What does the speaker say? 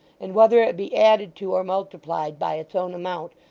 and whether it be added to or multiplied by its own amount,